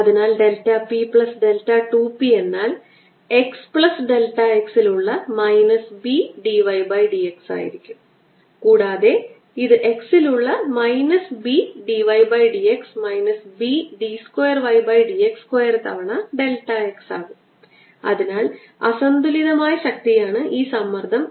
അതിനാൽ net flux ആകാൻ പോകുന്നത് d r അനന്തമായതിനാൽ എനിക്ക് ഈ എക്സ്പോണൻഷ്യൽ എഴുതാൻ കഴിയും e raise to minus lambda r 1 minus lambda d r ആയി